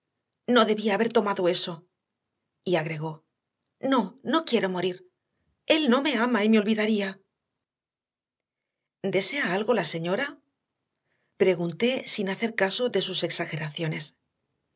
no debía haber tomado eso y agregó no no quiero morir él no me ama y me olvidaría desea algo la señora pregunté sin hacer caso de sus exageraciones